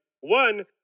one